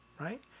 right